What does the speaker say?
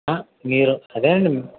మీరు అదే అండి